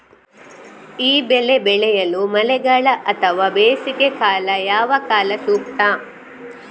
ಈ ಬೆಳೆ ಬೆಳೆಯಲು ಮಳೆಗಾಲ ಅಥವಾ ಬೇಸಿಗೆಕಾಲ ಯಾವ ಕಾಲ ಸೂಕ್ತ?